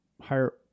higher